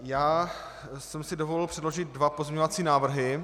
Já jsem si dovolil předložit dva pozměňovací návrhy.